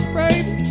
baby